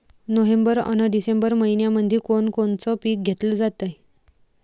November अन December मइन्यामंधी कोण कोनचं पीक घेतलं जाते?